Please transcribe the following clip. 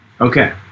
Okay